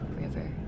River